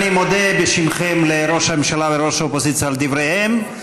אני מודה בשמכם לראש הממשלה ולראש האופוזיציה על דבריהם.